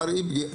מר איבגי,